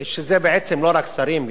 שזה בעצם לא רק שרים,